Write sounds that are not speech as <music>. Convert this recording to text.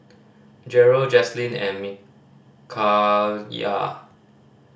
Jerel Jaslyn and <unintelligible>